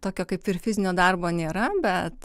tokio kaip ir fizinio darbo nėra bet